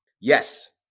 Yes